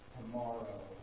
tomorrow